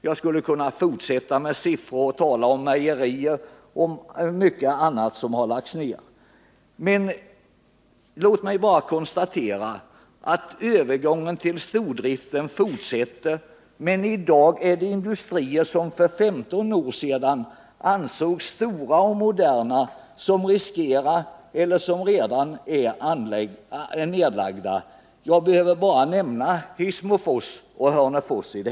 Jag skulle kunna fortsätta med siffror och tala om mejerier och mycket annat som har lagts ned. Låt mig bara konstatera att övergången till stordrift fortsätter, men i dag är det industrier som för 15 år sedan ansågs som stora och moderna som riskerar att bli eller som redan är nedlagda. Jag behöver bara nämna Hissmofors och Hörnefors!